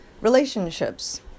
relationships